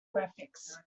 graphics